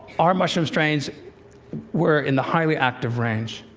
our mushroom strains were in the highly active range.